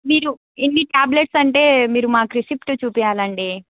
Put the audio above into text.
మీరు ఇన్ని టాబ్లెట్స్ అంటే మీరు మాకు రిసిప్ట్ చూపియాలి అండి